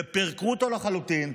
ופירקו אותו לחלוטין,